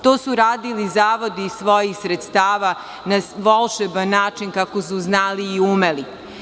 To su radili zavodi iz svojih sredstava na volšeban način, kako su znali i umeli.